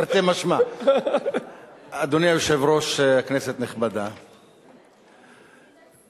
אדוני היושב-ראש, ההוא כבר קבר